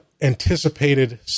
anticipated